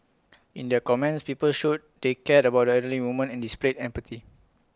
in their comments people showed they cared about elderly woman and displayed empathy